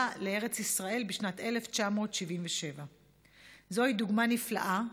לארץ ישראל בשנת 1977. זוהי דוגמה נפלאה,